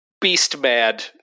beast-mad